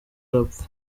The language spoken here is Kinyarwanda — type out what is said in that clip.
arapfa